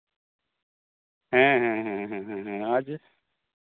ᱦᱮᱸ ᱦᱮᱸ ᱦᱮᱸ ᱟᱨ